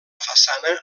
façana